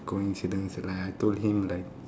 coincidence and like I told him like